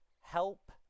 Help